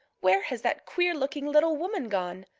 where has that queer looking little woman gone?